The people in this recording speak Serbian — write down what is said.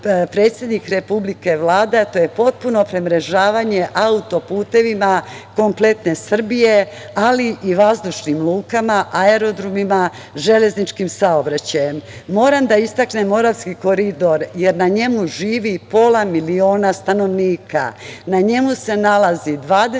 predsednik Republike i Vlada jeste potpuno premrežavanje auto-putevima kompletne Srbije, ali i vazdušnim lukama, aerodromima, železničkim saobraćajem. Moram da istaknem Moravski koridor, jer na njemu živi pola miliona stanovnika. Na njemu se nalazi 20